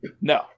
No